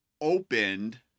opened